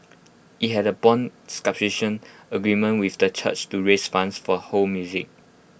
IT had A Bond subscription agreement with the church to raise funds for ho music